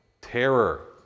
terror